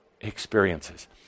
experiences